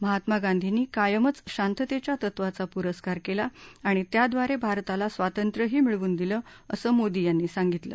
महात्मा गांधींनी कायमच शांततेच्या तत्वाचा पुरस्कार केला आणि त्याद्वारे भारताला स्वातंत्र्यही मिळवून दिलं असं मोदी यांनी सांगितलं